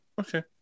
okay